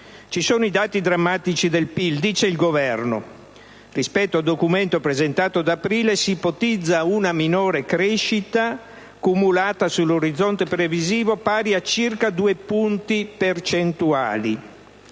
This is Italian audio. Ci sono i dati drammatici del PIL. Dice il Governo: «Rispetto al Documento presentato ad aprile si ipotizza una minore crescita cumulata sull'orizzonte previsivo pari a circa due punti percentuali.